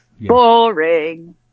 Boring